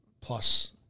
plus